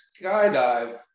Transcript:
skydive